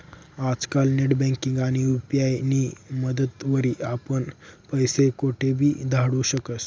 आजकाल नेटबँकिंग आणि यु.पी.आय नी मदतवरी आपण पैसा कोठेबी धाडू शकतस